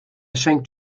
schenkt